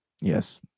Yes